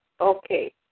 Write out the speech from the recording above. Okay